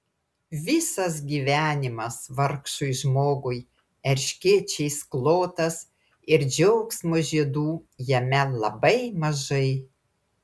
visas gyvenimas vargšui žmogui erškėčiais klotas ir džiaugsmo žiedų jame labai mažai